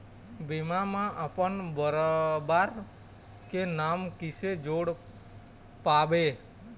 बीमा म अपन परवार के नाम किसे जोड़ पाबो?